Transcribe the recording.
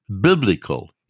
biblical